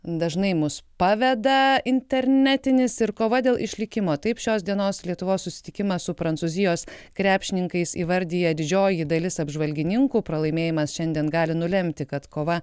dažnai mus paveda internetinis ir kova dėl išlikimo taip šios dienos lietuvos susitikimą su prancūzijos krepšininkais įvardija didžioji dalis apžvalgininkų pralaimėjimas šiandien gali nulemti kad kova